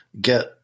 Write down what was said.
get –